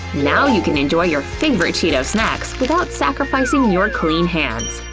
now you can enjoy your favorite cheeto snacks without sacrificing your clean hands.